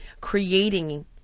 creating